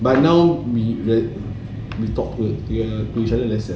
but now we we talk to each other lesser